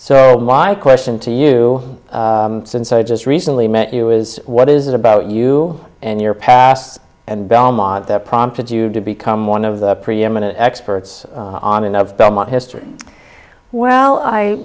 i question to you since i just recently met you is what is it about you and your past and belmont that prompted you to become one of the preeminent experts on and of belmont history well i